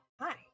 Hi